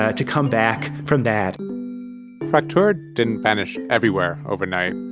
ah to come back from that fraktur didn't finish everywhere overnight,